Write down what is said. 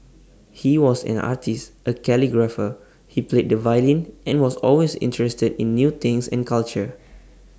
he was an artist A calligrapher he played the violin and was always interested in new things and culture